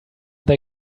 they